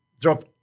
drop